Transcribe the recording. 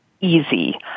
easy